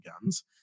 guns